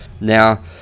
Now